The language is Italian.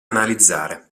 analizzare